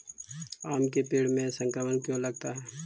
आम के पेड़ में संक्रमण क्यों लगता है?